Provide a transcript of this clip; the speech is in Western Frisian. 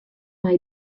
mei